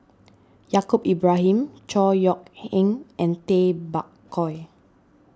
Yaacob Ibrahim Chor Yeok Eng and Tay Bak Koi